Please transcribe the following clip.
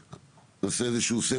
נראה לי שמישהו מחכה